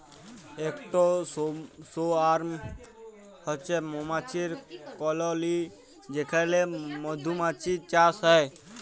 ইকট সোয়ার্ম হছে মমাছির কললি যেখালে মধুমাছির চাষ হ্যয়